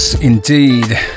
indeed